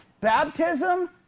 baptism